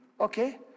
Okay